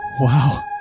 Wow